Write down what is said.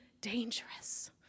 dangerous